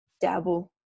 dabble